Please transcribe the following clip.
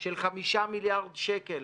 של 5 מיליארד שקל